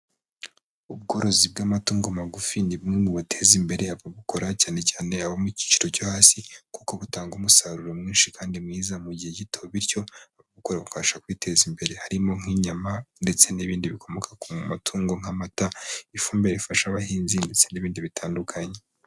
Ubworozi bw'amatungo magufi, ni bumwe mu buteza imbere ababukora ,cyane cyane abo mu kiciro cyo hasi ,kuko butanga umusaruro mwinshi kandi mwiza mu gihe gito, bityo ababukora bukabafasha kwiteza imbere ,harimo nk'inyama ndetse n'ibindi bikomoka ku matungo, nk'amata, ifumbire rifasha abahinzi ndetse n'ibindi bitandukanye.